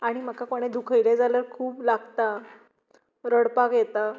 आनी म्हाका कोणें दुखयलें जाल्यार खूब लागता रडपाक येता